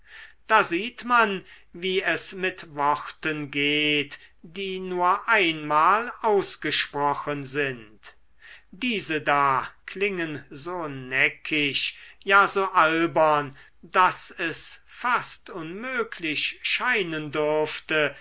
da sieht man wie es mit worten geht die nur einmal ausgesprochen sind diese da klingen so neckisch ja so albern daß es fast unmöglich scheinen dürfte